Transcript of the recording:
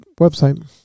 website